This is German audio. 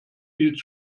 viel